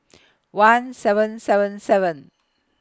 one seven seven seven